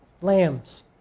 lambs